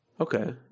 Okay